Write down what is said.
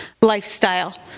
lifestyle